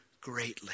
greatly